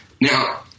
Now